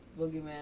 boogeyman